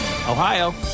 Ohio